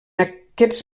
aquests